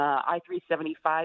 I-375